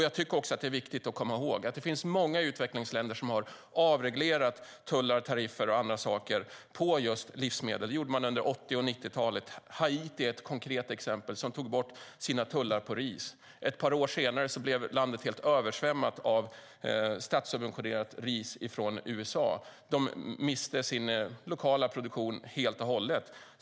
Jag tycker också att det är viktigt att komma ihåg att det finns många utvecklingsländer som har avreglerat tullar, tariffer och andra saker på just livsmedel. Det gjorde man under 80 och 90-talet. Haiti är ett konkret exempel. Där tog man bort sina tullar på ris. Ett par år senare blev landet helt översvämmat av statssubventionerat ris från USA. De miste sin lokala produktion helt och hållet.